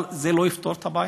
אבל זה לא יפתור את הבעיה.